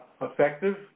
effective